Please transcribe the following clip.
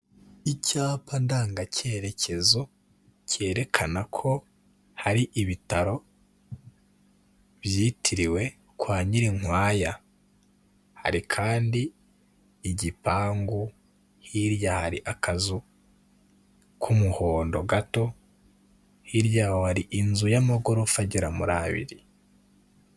Icyapa ndanga cyerekezo cyerekana ko hari ibitaro byitiriwe kwa nyirinkwaya, hari kandi igipangu, hirya hari akazu k'umuhondo gato, hirya yaho hari inzu y'amagorofa agera muri abiri.